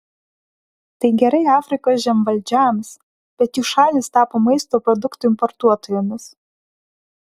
tai gerai afrikos žemvaldžiams bet jų šalys tapo maisto produktų importuotojomis